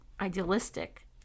Idealistic